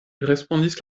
respondis